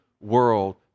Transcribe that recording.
world